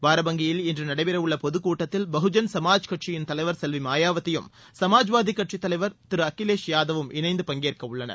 பாரபங்கியில் இன்று நடைபெறவுள்ள பொதுக் கூட்டத்தில் பகுஜன் சமாஜ் கட்சியின் தலைவர் செல்வி மாயாவதியும் சமாஜ்வாதி கட்சித் தலைவர் தலைவர் திரு அகிலேஷ் யாதவும் இணைந்து பங்கேற்கவுள்ளனர்